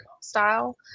style